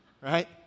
Right